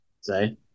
say